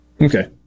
Okay